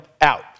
out